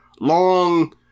long